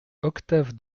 octave